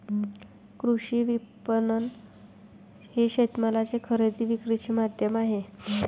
कृषी विपणन हे शेतमालाच्या खरेदी विक्रीचे माध्यम आहे